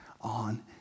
on